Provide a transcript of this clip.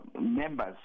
members